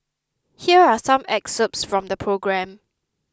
here are some excerpts from the programme